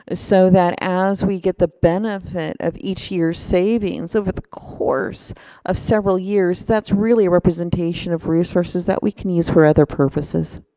ah so that as we get the benefit of each year's savings over the course of several years, that's really a representation of resources that we can use for other purposes.